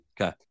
Okay